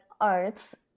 arts